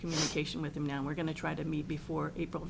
communication with them now we're going to try to me before april